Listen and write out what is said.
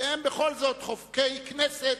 שהם בכל זאת חובקי כנסת,